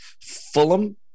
Fulham